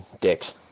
dicks